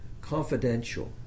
confidential